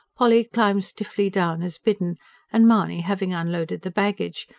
polly climbed stiffly down as bidden and mahony having unloaded the baggage,